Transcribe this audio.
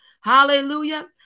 Hallelujah